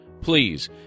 please